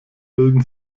bilden